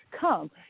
come